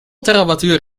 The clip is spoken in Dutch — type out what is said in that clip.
terawattuur